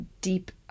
deep